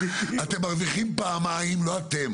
כשאתה מגיע לפקיד ומגיש לו את הטופס,